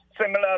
similar